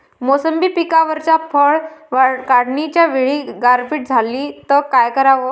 मोसंबी पिकावरच्या फळं काढनीच्या वेळी गारपीट झाली त काय कराव?